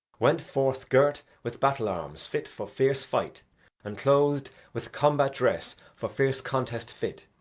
went forth girt with battle arms fit for fierce fight and clothed with combat dress for fierce contest fit,